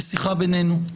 בשיחה בינינו,